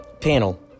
panel